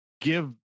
give